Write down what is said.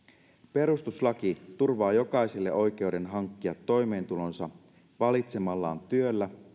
perustuslaki turvaa jokaiselle oikeuden hankkia toimeentulonsa valitsemallaan työllä